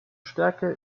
stärker